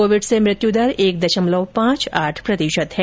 Covid से मृत्युदर एक दशमलव पांच आठ प्रतिशत है